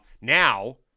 Now